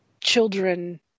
children